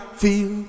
feel